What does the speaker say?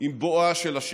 עם בואה של השמש.